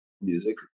music